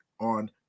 on